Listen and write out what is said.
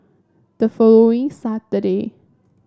the following Saturday